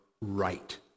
right